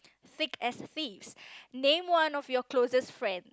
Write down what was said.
sick as fees name one of your closest friend